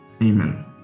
Amen